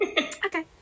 Okay